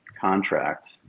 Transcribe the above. contract